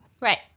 right